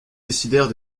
décidèrent